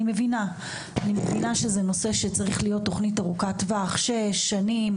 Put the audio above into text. אני מבינה שזה נושא שצריך תוכנית ארוכת טווח של שנים,